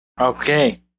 Okay